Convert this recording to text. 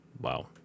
Wow